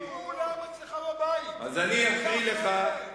כולם אצלך בבית, אתה אחראי להם.